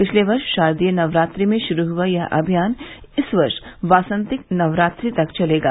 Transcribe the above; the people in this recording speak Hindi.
पिछले वर्ष शारदीय नवरात्रि में शुरू हुआ यह अभियान इस वर्ष वासंतिक नवरात्रि तक चलेगा